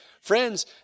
Friends